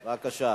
בבקשה.